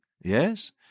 yes